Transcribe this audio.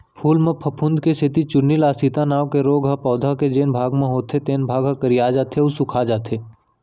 फूल म फफूंद के सेती चूर्निल आसिता नांव के रोग ह पउधा के जेन भाग म होथे तेन ह करिया जाथे अउ सूखाजाथे